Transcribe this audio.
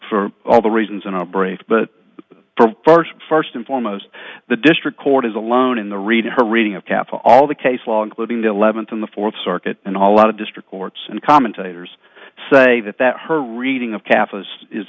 for all the reasons and i'll break but first first and foremost the district court is alone in the reading her reading of capital all the case law including the eleventh in the fourth circuit and a lot of district courts and commentators say that that her reading of